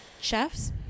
chefs